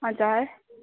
हजुर